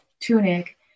tunic